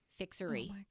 Fixery